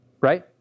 Right